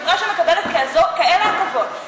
חברה שמקבלת כאלה הטבות,